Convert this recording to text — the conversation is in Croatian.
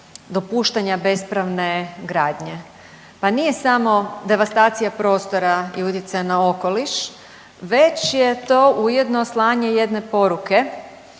dopuštanja bespravne gradnje. Pa nije samo devastacija prostora i utjecaj na okoliš već je to ujedno slanje jedne poruke,